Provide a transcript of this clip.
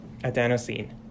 adenosine